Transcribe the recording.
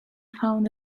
found